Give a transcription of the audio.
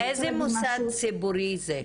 איזה מוסד ציבורי זה?